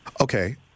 Okay